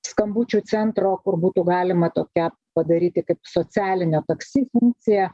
skambučių centro kur būtų galima tokią padaryti kaip socialinio taksi funkciją